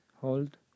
Hold